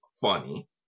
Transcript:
funny